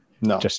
no